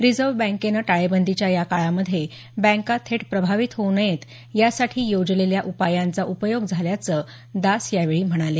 reserve बँकेनं टाळेबंदीच्या या काळामधे बँका थेट प्रभावित होऊ नयेत यासाठी योजलेल्या उपायांचा उपयोग झाल्याचं दास यावेळी म्हणाले